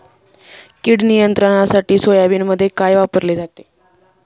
कीड नियंत्रणासाठी सोयाबीनमध्ये काय वापरले जाते?